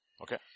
Okay